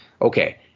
Okay